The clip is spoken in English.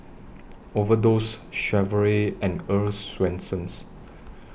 Overdose Chevrolet and Earl's Swensens